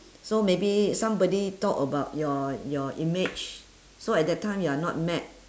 so maybe somebody talk about your your image so at that time you are not mad